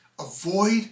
Avoid